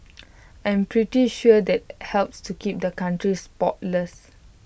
I'm pretty sure that helps to keep the country spotless